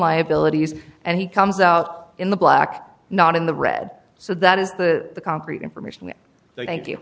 liabilities and he comes out in the black not in the red so that is the concrete information thank you